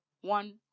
one